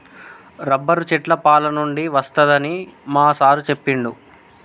rubber చెట్ల పాలనుండి వస్తదని మా సారు చెప్పిండు